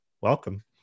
welcome